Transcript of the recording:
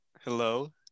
Hello